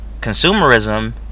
consumerism